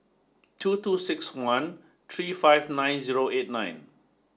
two two six one three five nine zero eight nine